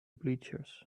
bleachers